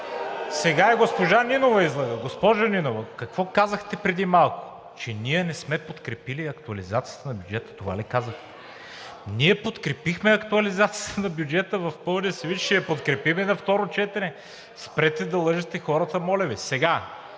сега и госпожа Нинова излъга. Госпожо Нинова, какво казахте преди малко – че ние не сме подкрепили актуализацията на бюджета? Това ли казахте? Ние подкрепихме актуализацията на бюджета в пълния ѝ вид, ще я подкрепим и на второ четене. Спрете да лъжете хората, моля Ви! Сега,